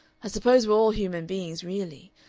i suppose we're all human beings really,